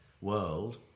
world